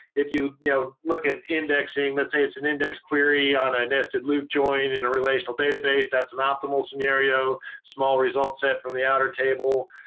if you you know look at indexing, let's say it's an index query on a nested loop join in a relational database, that's an optimal scenario. small results sent from the outer table.